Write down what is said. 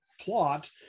plot